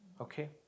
Okay